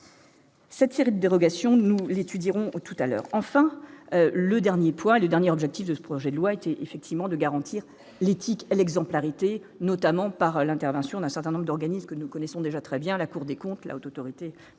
Cette cette dérogation, nous l'étudierons tout à l'heure, enfin le dernier point, les derniers objectifs de ce projet de loi a été effectivement de garantir l'éthique et l'exemplarité, notamment par l'intervention d'un certain nombre d'organismes que nous connaissons déjà très bien, la Cour des comptes, la Haute autorité